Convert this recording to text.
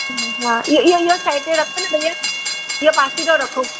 हा इहो इहो साइड ते रखो न भैया इहो पासीरो रखो